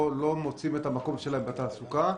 לא מוצאים את המקום שלהם בתעסוקה.